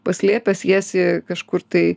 paslėpęs jas į kažkur tai